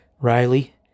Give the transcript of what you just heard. Riley